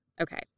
Okay